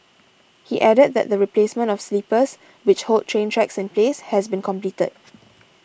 he added that the replacement of sleepers which hold train tracks in place has been completed